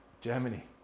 Germany